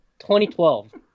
2012